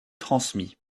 transmis